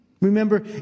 Remember